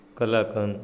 kalakand